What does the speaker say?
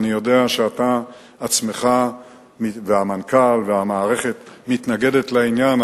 אני יודע שאתה עצמך והמנכ"ל והמערכת מתנגדים לעניין,